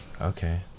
Okay